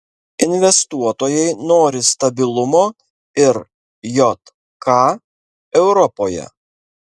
investuotojai nori stabilumo ir jk europoje